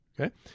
Okay